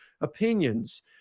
opinions